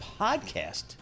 podcast